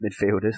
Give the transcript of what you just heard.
midfielders